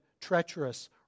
treacherous